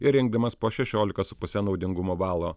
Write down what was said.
ir rinkdamas po šešioliką su puse naudingumo balo